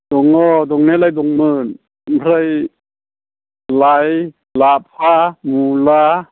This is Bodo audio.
दङ दंनायालाय दंमोन ओमफ्राय लाइ लाफा मुला